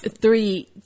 three